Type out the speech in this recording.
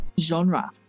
genre